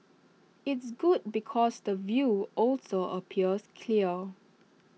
it's good because the view also appears clear